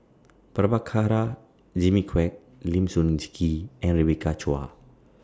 Prabhakara Jimmy Quek Lim Sun Gee and Rebecca Chua